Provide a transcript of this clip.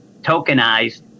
tokenized